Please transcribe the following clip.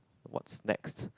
what next